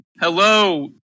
Hello